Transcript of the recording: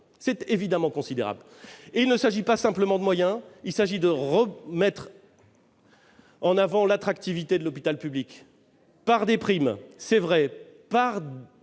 C'est considérable. Il ne s'agit pas simplement de moyens, il s'agit de remettre en avant l'attractivité de l'hôpital public par des primes- c'est vrai -, par la mise